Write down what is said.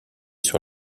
sur